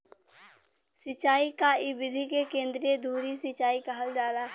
सिंचाई क इ विधि के केंद्रीय धूरी सिंचाई कहल जाला